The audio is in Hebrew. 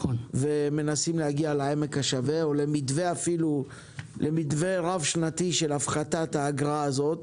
ומנסים להגיע לעמק השווה או למתווה רב שנתי של הפחתת האגרה הזאת.